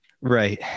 Right